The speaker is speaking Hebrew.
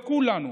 לכולנו.